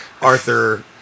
Arthur